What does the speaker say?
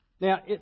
Now